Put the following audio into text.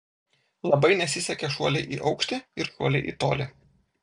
labai nesisekė šuoliai į aukštį ir šuoliai į tolį